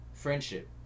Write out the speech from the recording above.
Friendship